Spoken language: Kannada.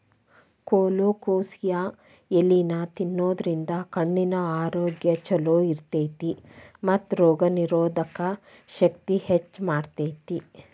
ಕೊಲೊಕೋಸಿಯಾ ಎಲಿನಾ ತಿನ್ನೋದ್ರಿಂದ ಕಣ್ಣಿನ ಆರೋಗ್ಯ್ ಚೊಲೋ ಇರ್ತೇತಿ ಮತ್ತ ರೋಗನಿರೋಧಕ ಶಕ್ತಿನ ಹೆಚ್ಚ್ ಮಾಡ್ತೆತಿ